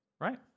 Right